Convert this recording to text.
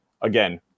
again